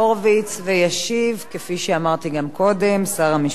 וישיב, כפי שאמרתי גם קודם, שר המשפטים,